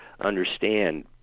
understand